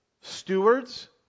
stewards